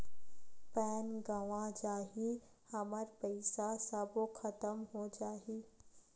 Pan गंवा जाही हमर पईसा सबो खतम हो जाही?